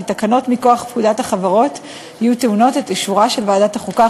כי תקנות מכוח פקודת החברות יהיו טעונות את אישורה של ועדת החוקה,